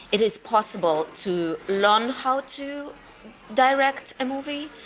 it is possible to learn how to direct a movie,